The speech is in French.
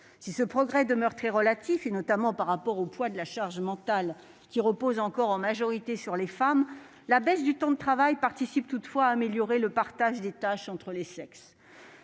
Si ce progrès demeure très relatif, notamment en matière de charge mentale, qui repose encore en majorité sur les femmes, la baisse du temps de travail participe toutefois à l'amélioration du partage des tâches entre les sexes.